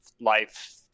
life